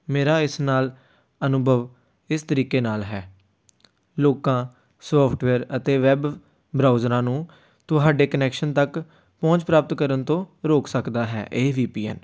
ਮੇਰਾ ਇਸ ਨਾਲ ਅਨੁਭਵ ਇਸ ਤਰੀਕੇ ਨਾਲ ਹੈ ਲੋਕਾਂ ਸੋਫਟਵੇਅਰ ਅਤੇ ਵੈੱਬ ਬਰਾਊਜ਼ਰਾਂ ਨੂੰ ਤੁਹਾਡੇ ਕਨੈਕਸ਼ਨ ਤੱਕ ਪਹੁੰਚ ਪ੍ਰਾਪਤ ਕਰਨ ਤੋਂ ਰੋਕ ਸਕਦਾ ਹੈ ਇਹ ਵੀ ਪੀ ਐੱਨ